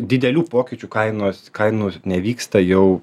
didelių pokyčių kainos kainų nevyksta jau